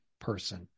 person